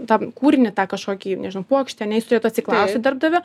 tą kūrinį tą kažkokį nežinau puokštę ane jis turėtų atsiklausti darbdavio